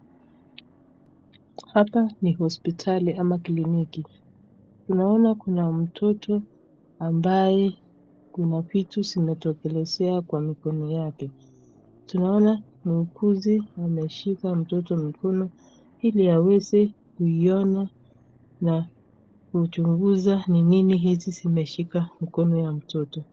Hapa ni hospitali ama kiliniki tunaona kuna mtoto ambaye kuna vitu zinatomelezea kwa mikono yake, tunaona muuguzi ameshika mtoto mkono hili aweze kuiona na kuchunguza ni nini hizi imeshika mkono ya mtoto.